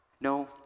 no